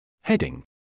Heading